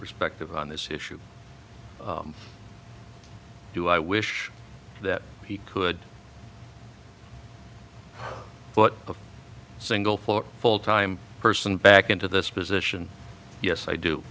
perspective on this issue do i wish that he could put a single floor full time person back into this position yes i do